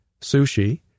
sushi